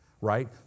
right